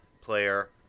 player